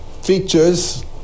features